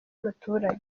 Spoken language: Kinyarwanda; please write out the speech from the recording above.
muturage